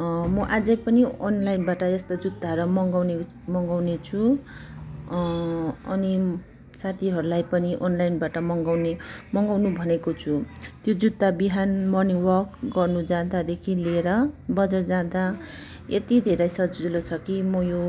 म अझ पनि अनलाइनबाट यस्ता जुत्ताहरू मगाउने मगाउने छु अनि साथीहरूलाई पनि अनलाइनबाट मगाउने मगाउनु भनेको छु त्यो जुत्ता बिहान मर्निङ वाल्क गर्नु जाँदादेखि लिएर बजार जाँदा यति धेरै सजिलो छ कि म यो